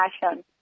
passion